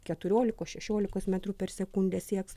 keturiolikos šešiolikos metrų per sekundę sieks